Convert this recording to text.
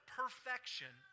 perfection